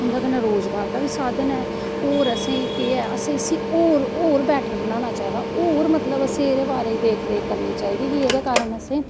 उंदै कन्नैं रोज़गार दा बी साधन ऐ होर असैं केह् ऐ असैं इसी होर बैट्टर बनाना चाही दा होर मतलव असैं एह्ॅदे बारे च देख रेख करनी चाही दी एह्दे कारन असें